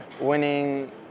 Winning